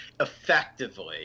effectively